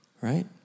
right